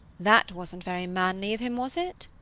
that wasn't very manly of him, was it?